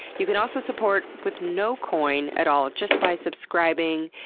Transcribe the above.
you can also support with no coin at all just by subscribing.